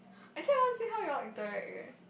actually I want see how y'all interact eh